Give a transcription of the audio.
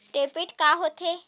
Debit का होथे?